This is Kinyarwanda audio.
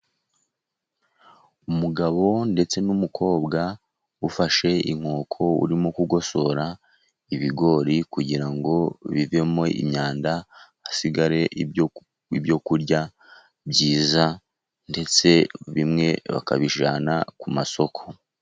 Umugabo ndetse n'umukobwa ufashe inkoko urimo kugosora ibigori, kugira ngo bivemo imyanda hasigare ibyo kurya byiza, ndetse bimwe bakabijyana ku masoko.